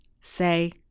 say